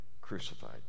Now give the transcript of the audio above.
crucified